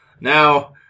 now